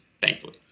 thankfully